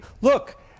look